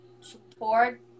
support